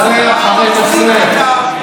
אדוני היושב-ראש,